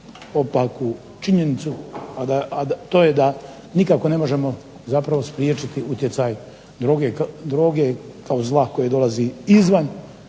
opaku činjenicu, a to je da nikako ne možemo zapravo spriječiti utjecaj droge kao zla koje dolazi izvan